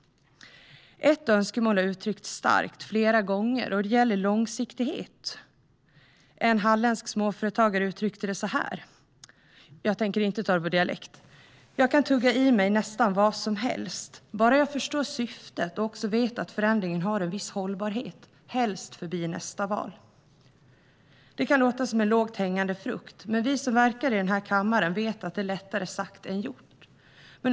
Ett önskemål har uttryckts starkt flera gånger, och det gäller långsiktighet. En halländsk småföretagare uttryckte det så här: Jag kan tugga i mig nästan vad som helst bara jag förstår syftet och också vet att förändringen har en viss hållbarhet, helst förbi nästa val. Det kan låta som en lågt hängande frukt, men vi som verkar i denna kammare vet att det är lättare sagt än gjort.